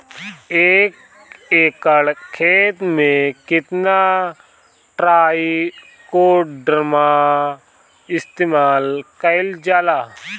एक एकड़ खेत में कितना ट्राइकोडर्मा इस्तेमाल कईल जाला?